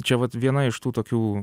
čia vat viena iš tų tokių